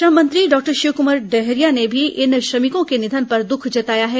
श्रम मंत्री डॉक्टर शिवकमार डहरिया ने भी इन श्रमिकों के निधन पर दख जताया है